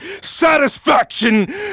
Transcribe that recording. Satisfaction